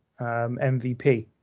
MVP